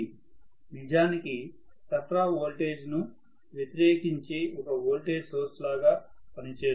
నిజానికి సరఫరా ఓల్టేజ్ ను వ్యతిరేకించే ఒక వోల్టేజ్ సోర్స్ లాగా పనిచేస్తుంది